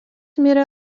mirė